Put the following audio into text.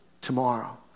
tomorrow